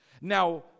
Now